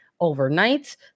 overnight